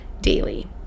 daily